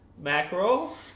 Mackerel